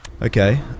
Okay